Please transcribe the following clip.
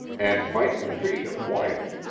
and mightn't treat him white.